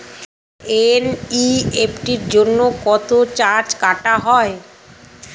NEFT জন্য কত charge কাটা হয়?